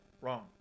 wrong